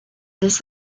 this